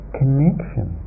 connection